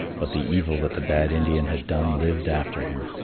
but the evil that the bad indian had done lived after him.